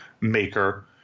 maker